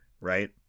Right